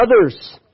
others